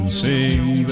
sing